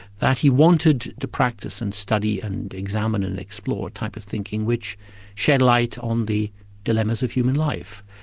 that he wanted to practice and study and examine and explore a type of thinking which shed light on the dilemmas of human life.